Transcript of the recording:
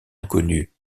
inconnues